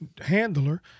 handler